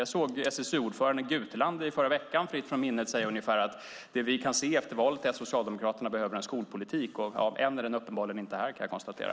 Jag hörde SSU-ordföranden Guteland i förra veckan säga - fritt från minnet - ungefär att vad som har framkommit efter valet är att Socialdemokraterna behöver en skolpolitik. Än är den uppenbarligen inte här, kan jag konstatera.